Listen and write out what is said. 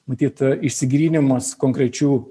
matyt išsigryninimas konkrečių